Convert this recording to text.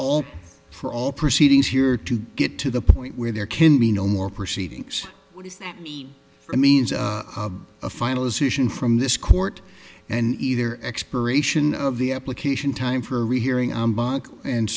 all for all proceedings here to get to the point where there can be no more proceedings what does that mean for means of a final decision from this court and either expiration of the application time for